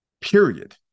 Period